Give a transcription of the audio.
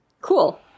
Cool